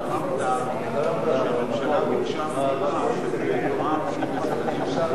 אתה אמרת שהממשלה ביקשה ממך שזה יתואם עם משרדים נוספים,